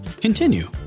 continue